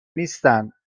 نیستن